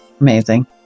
Amazing